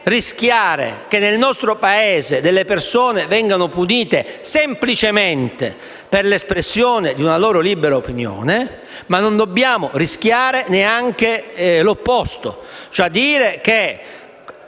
possiamo rischiare che, nel nostro Paese, delle persone vengano punite semplicemente per l'espressione di una loro libera opinione, ma non dobbiamo rischiare neanche l'opposto, e cioè che